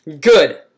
good